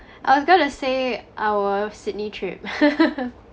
I was gonna say our sydney trip